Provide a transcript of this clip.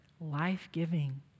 life-giving